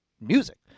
music